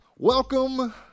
Welcome